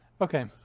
Okay